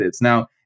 Now